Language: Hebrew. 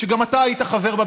וגם אתה היית חבר בה,